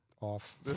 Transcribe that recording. off